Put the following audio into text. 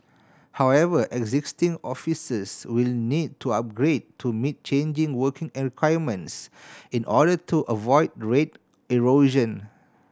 however existing offices will need to upgrade to meet changing working requirements in order to avoid rate erosion